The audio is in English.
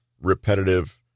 repetitive